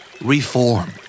Reform